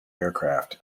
aircraft